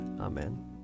Amen